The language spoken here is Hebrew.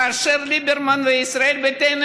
כאשר ליברמן וישראל ביתנו,